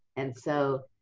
and so,